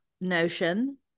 Notion